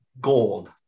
gold